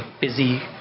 busy